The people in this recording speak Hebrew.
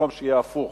במקום שזה יהיה הפוך?